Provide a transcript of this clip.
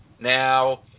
Now